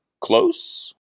close